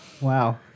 Wow